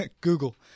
Google